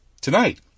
Tonight